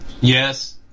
yes